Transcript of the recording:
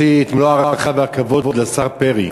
יש לי מלוא ההערכה והכבוד לשר פרי.